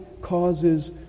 causes